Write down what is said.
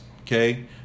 okay